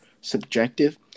subjective